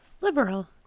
Liberal